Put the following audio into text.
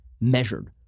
measured